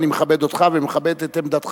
אני מכבד אותך ואני מכבד את רמתך